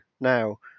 now